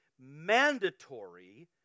mandatory